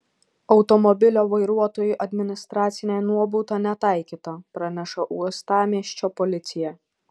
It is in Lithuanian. automobilio vairuotojui administracinė nuobauda netaikyta praneša uostamiesčio policija